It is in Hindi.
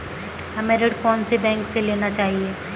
हमें ऋण कौन सी बैंक से लेना चाहिए?